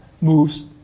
moves